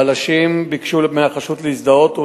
הבלשים ביקשו מהחשוד להזדהות,